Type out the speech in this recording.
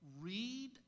Read